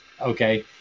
Okay